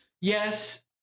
Yes